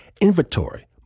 inventory